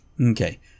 Okay